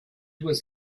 was